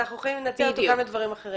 אנחנו יכולים לנצל אותו גם לדברים אחרים.